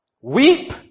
Weep